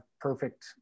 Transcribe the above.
perfect